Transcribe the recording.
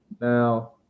Now